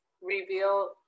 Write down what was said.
reveal